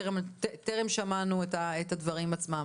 טרם שמענו את הדברים עצמם,